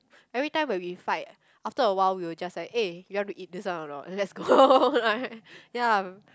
everytime when we fight after a while we'll just like eh you want to eat this one or not let's go ya